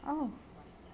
oh